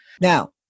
Now